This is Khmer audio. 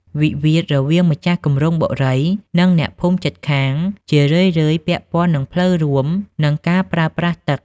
វិវាទរវាងម្ចាស់គម្រោងបុរី និងអ្នកភូមិជិតខាង ជារឿយៗពាក់ព័ន្ធនឹងផ្លូវរួម និងការប្រើប្រាស់ទឹក។